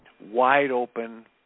wide-open